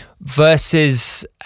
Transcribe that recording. versus